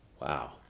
Wow